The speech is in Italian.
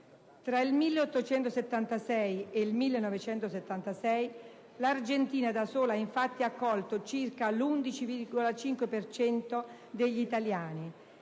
Tra il 1876 e il 1976, l'Argentina da sola ha infatti accolto circa l'11,5 per cento degli italiani